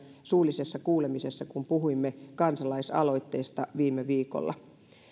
suullisessa kuulemisessa kun puhuimme kansalaisaloitteista viime viikolla